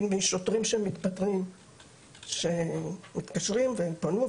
שוטרים שמתפטרים מתקשרים והם פנו,